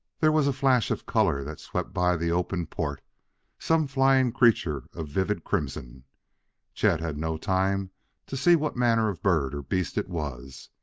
there was a flash of color that swept by the open port some flying creature of vivid crimson chet had no time to see what manner of bird or beast it was.